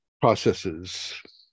processes